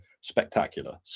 spectacular